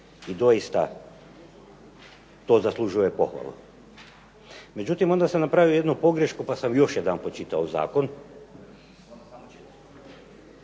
I doista to zaslužuje pohvalu. Međutim, onda sam napravio pogrešku pa sam još jedanput pročitao Zakon,